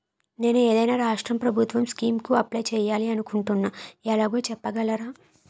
నేను ఏదైనా రాష్ట్రం ప్రభుత్వం స్కీం కు అప్లై చేయాలి అనుకుంటున్నా ఎలాగో చెప్పగలరా?